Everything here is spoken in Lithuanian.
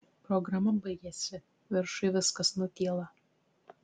programa baigiasi viršuj viskas nutyla